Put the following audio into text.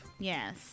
Yes